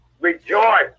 rejoice